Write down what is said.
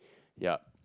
yup